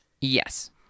Yes